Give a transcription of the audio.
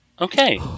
Okay